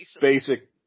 basic